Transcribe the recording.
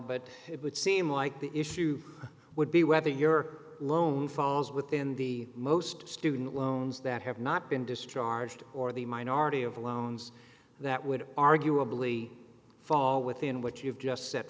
but it would seem like the issue would be whether your loan follows within the most student loans that have not been discharged or the minority of loans that would arguably fall within what you've just set